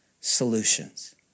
solutions